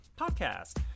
Podcast